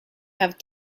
have